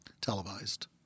televised